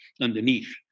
underneath